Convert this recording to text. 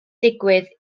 digwydd